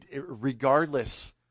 regardless